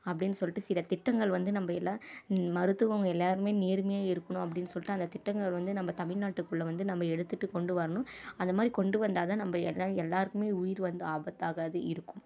அப்படின்னு சொல்லிட்டு சில திட்டங்கள் வந்து நம்ம எல்லாம் மருத்துவங்கள் எல்லாருமே நேர்மையா இருக்கணும் அப்படின்னு சொல்லிட்டு அந்த திட்டங்களை வந்து நம்ம தமிழ் நாட்டுக்குள்ள வந்து நம்ம எடுத்துட்டு கொண்டு வரணும் அந்தமாதிரி கொண்டு வந்தால்தான் நம்ம எல்லா எல்லாருக்குமே உயிர் வந்து ஆபத்தாகாது இருக்கும்